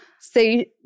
say